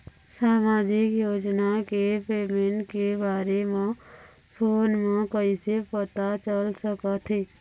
सामाजिक योजना के पेमेंट के बारे म फ़ोन म कइसे पता चल सकत हे?